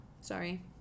Sorry